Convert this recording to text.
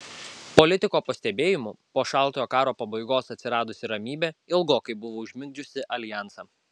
politiko pastebėjimu po šaltojo karo pabaigos atsiradusi ramybė ilgokai buvo užmigdžiusi aljansą